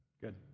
good